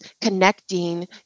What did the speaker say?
connecting